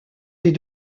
des